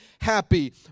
happy